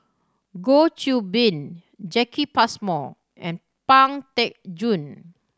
Goh Qiu Bin Jacki Passmore and Pang Teck Joon